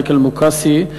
מייקל מוקאסי,